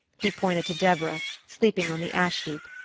he pointed to deborah, sleeping on the ash-heap.